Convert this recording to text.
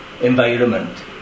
environment